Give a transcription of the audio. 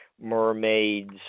mermaids